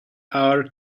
hour